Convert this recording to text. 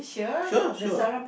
here sure